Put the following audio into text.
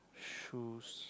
shoes